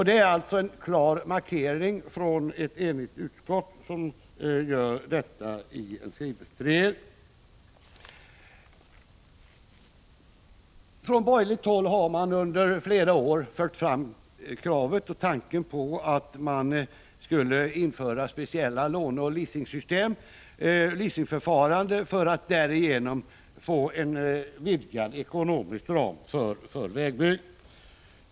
Det är alltså ett enigt utskott som gör denna klara markering. Från borgerligt håll har man under flera år fört fram tanken på att man skulle införa speciella lånesystem och leasingförfarande för att därigenom få en vidgad ekonomisk ram för vägbygge.